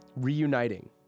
reuniting